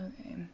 Okay